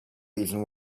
reason